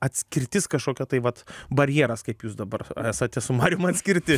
atskirtis kažkokia tai vat barjeras kaip jūs dabar esate su marium atskirti